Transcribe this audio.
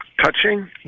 touching